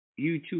YouTube